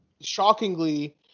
shockingly